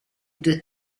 due